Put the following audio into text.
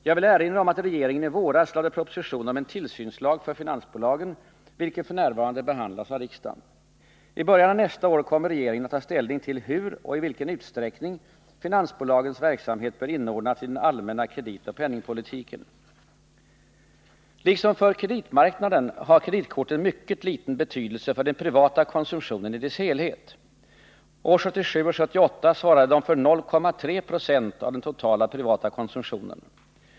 Jag vill erinra om att regeringen i våras lade proposition om en tillsynslag för finansbolagen, vilken f. n. behandlas av riksdagen. I början av nästa år kommer regeringen att ta ställning till hur och i vilken utsträckning finansbolagens verksamhet bör inordnas i den allmänna kreditoch penningpolitiken. Liksom för kreditmarknaden har kreditkorten mycket liten betydelse för den privata konsumtionen i dess helhet. Åren 1977 och 1978 svarade de för 0,3 20 av den totala privata konsumtionen.